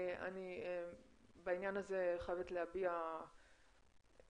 אני בעניין הזה חייבת להביע אכזבה,